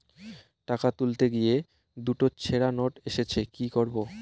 টাকা তুলতে গিয়ে দুটো ছেড়া নোট এসেছে কি করবো?